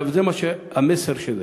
זה המסר.